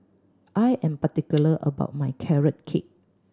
I am particular about my Carrot Cake